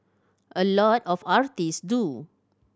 a lot of artists do